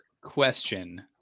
question